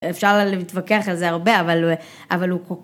אפשר למתווכח על זה הרבה, אבל הוא...